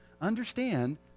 understand